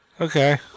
Okay